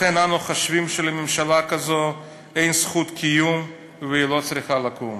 לכן אנחנו חושבים שלממשלה כזו אין זכות קיום והיא לא צריכה לקום.